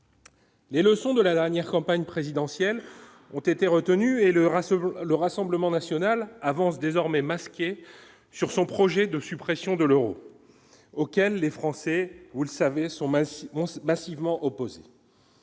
Les leçons de la dernière campagne présidentielle ont été retenus et leur à ce le rassemblement national avancent désormais masqués sur son projet de suppression de l'Euro, auquel les Français, vous le savez sont minces Mons massivement opposés,